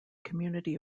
community